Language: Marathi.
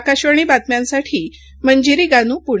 आकाशवाणी बातम्यांसाठी मंजिरी गानू पुणे